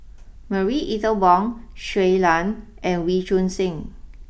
Marie Ethel Bong Shui Lan and Wee Choon Seng